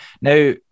Now